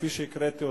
כפי שהקראתי,